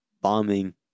bombing